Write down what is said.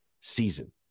season